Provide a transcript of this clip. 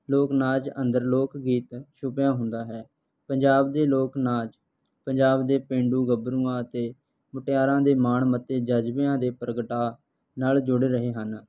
ਲੋਕ ਨਾਚ ਅੰਦਰ ਲੋਕ ਗੀਤ ਛੁਪਿਆ ਹੁੰਦਾ ਹੈ ਪੰਜਾਬ ਦੇ ਲੋਕ ਨਾਚ ਪੰਜਾਬ ਦੇ ਪੇਂਡੂ ਗੱਭਰੂਆਂ ਅਤੇ ਮੁਟਿਆਰਾਂ ਦੇ ਮਾਣ ਮੱਤੇ ਜਜ਼ਬਿਆਂ ਦੇ ਪ੍ਰਗਟਾ ਨਾਲ ਜੁੜ ਰਹੇ ਹਨ